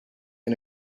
and